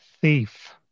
thief